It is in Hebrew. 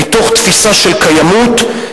מתוך תפיסה של קיימות,